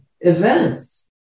events